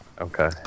okay